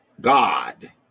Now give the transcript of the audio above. God